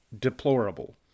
deplorable